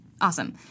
Awesome